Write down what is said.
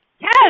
Yes